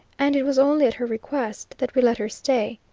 and it was only at her request that we let her stay.